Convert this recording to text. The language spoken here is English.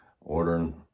ordering